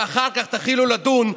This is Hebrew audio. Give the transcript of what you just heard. ואחר כך תתחילו לדון,